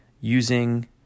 using